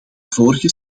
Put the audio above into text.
vorige